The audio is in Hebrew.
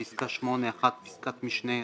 בפסקה (8) (1)בפסקת משנה (א),